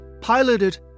piloted